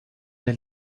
del